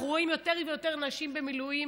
אנחנו רואים יותר ויותר נשים במילואים,